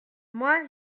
moi